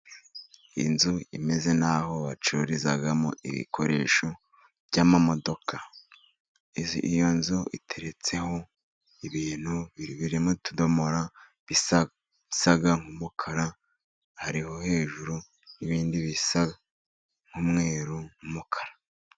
Inzu imeze nk'aho bacururizamo ibikoresho by'amamodoka, iyo nzu iteretseho ibintu bibiri biri mu tudomora bisa n'umukara, hariho hejuru n'ibindi bisa n'umweru n'umukara.